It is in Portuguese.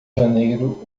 janeiro